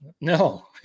no